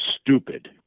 stupid